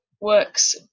works